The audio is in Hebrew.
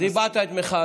אוקיי, אז הבעת את מחאתך.